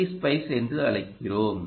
D spice என்று அழைக்கிறோம்